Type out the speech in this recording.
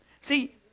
See